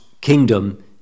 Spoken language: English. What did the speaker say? kingdom